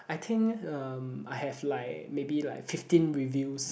I think um I have like maybe like fifteen reviews